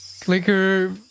Clicker